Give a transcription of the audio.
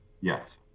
yes